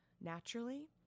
naturally